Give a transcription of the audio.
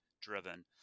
driven